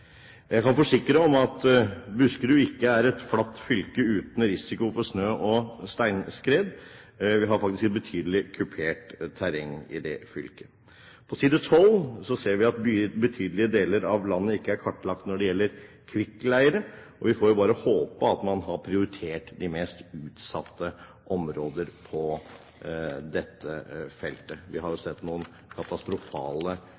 Jeg kan forsikre om at Buskerud ikke er et flatt fylke uten risiko for snø- og steinskred. Vi har faktisk et betydelig kupert terreng i det fylket. På side 12 ser vi at betydelige deler av landet ikke er kartlagt når det gjelder kvikkleire. Vi får jo bare håpe at man har prioritert de mest utsatte områder på dette feltet. Vi har jo